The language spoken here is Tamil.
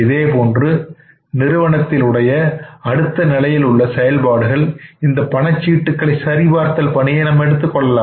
இதேபோன்று நிறுவனத்தில் உடைய அடுத்த நிலையில் உள்ள செயல்பாடு இந்த பணச்சீட்டுக்களை சரிபார்த்தல் பணியை நாம் எடுத்துக் கொள்ளலாம்